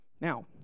Now